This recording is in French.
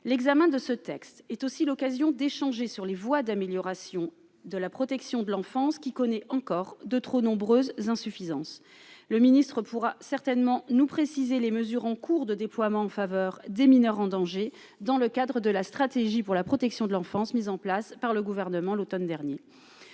l'examen de ce texte est aussi l'occasion d'échanger sur les voies d'amélioration de la protection de l'enfance qui connaît encore de trop nombreuses insuffisances le ministre pourra certainement nous préciser les mesures en cours de déploiement en faveur des mineurs en danger dans le cadre de la stratégie pour la protection de l'enfance, mise en place par le gouvernement à l'Automne dernier,